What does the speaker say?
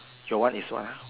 your one is what ah